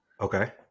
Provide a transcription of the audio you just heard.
Okay